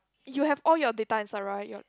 you have all your data inside right your